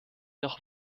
noch